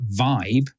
vibe